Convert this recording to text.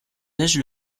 neige